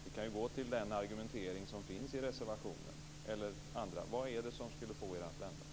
Sven-Erik Österberg kan se på den argumentering som finns i reservationen. Vad är det som skulle få s-gruppen att vända?